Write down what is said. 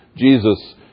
Jesus